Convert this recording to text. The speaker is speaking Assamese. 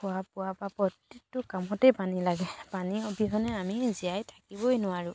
খোৱা বোৱা পৰা প্ৰতিটো কামতেই পানী লাগে পানীৰ অবিহনে আমি জীয়াই থাকিবই নোৱাৰোঁ